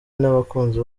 n’abakunzi